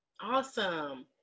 Awesome